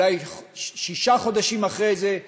אולי שישה חודשים אחרי זה,